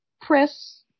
press